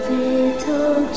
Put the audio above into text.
little